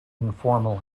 informally